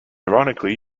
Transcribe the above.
ironically